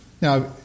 Now